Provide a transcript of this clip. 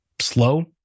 slow